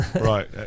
Right